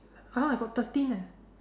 how come I got thirteen eh